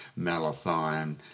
malathion